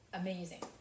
amazing